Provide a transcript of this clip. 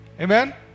Amen